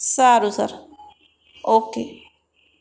સારું sir okay